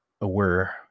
aware